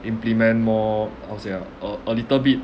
implement more how to say ah a a little bit